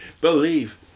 Believe